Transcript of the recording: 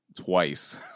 twice